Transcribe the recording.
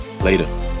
Later